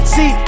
See